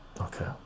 okay